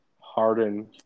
Harden